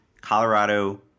Colorado